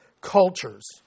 cultures